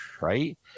right